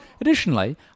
Additionally